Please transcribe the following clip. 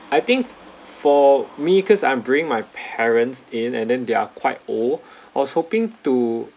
I think for me cause I'm bringing my family in and they're quite old was hoping to